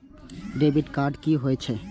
Debit card कि होई छै?